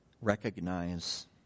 recognize